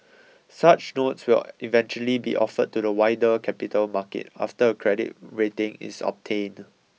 such notes will eventually be offered to the wider capital market after a credit rating is obtained